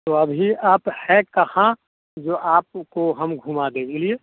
तो अभी आप है कहाँ जो आपको हम घूमा दें बोलिए